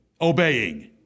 obeying